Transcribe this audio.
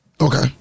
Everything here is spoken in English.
Okay